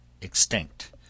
extinct